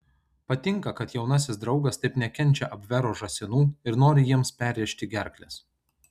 patinka kad jaunasis draugas taip nekenčia abvero žąsinų ir nori jiems perrėžti gerkles